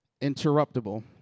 interruptible